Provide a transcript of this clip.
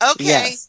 Okay